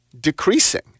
decreasing